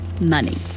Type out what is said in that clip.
Money